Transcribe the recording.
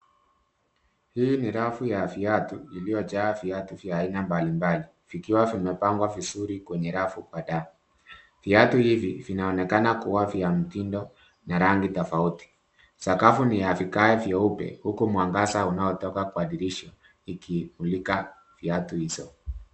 Hii ni rafu ya viatu iliyojaa viatu vya aina mbalimbali vikiwa vimepangwa vizuri kwenye rafu kadhaa. Viatu hivi vinaonekana kuwa vya mtindo na rangi tofauti. Sakafu ni ya vigae vyeupe huku mwangaza unaotoka kwa dirisha ikimulika viatu hizo.